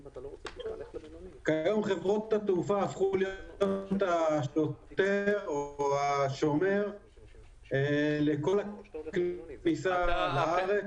כיום חברות התעופה הפכו להיות השוטר או השומר לכל --- הכניסה לארץ.